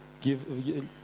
give